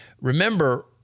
Remember